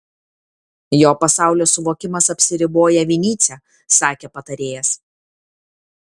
jo pasaulio suvokimas apsiriboja vinycia sakė patarėjas